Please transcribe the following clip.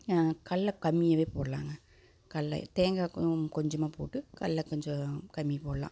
கடல கம்மியாகவே போடலாங்க கடல தேங்காய் கொ கொஞ்சமா போட்டு கடல கொஞ்சம் கம்மி போடலாம்